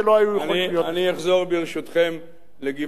אני אחזור, ברשותכם, לשכונת-האולפנה.